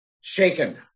shaken